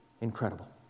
incredible